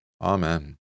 Amen